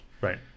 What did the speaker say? Right